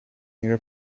میره